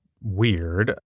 weird